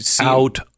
out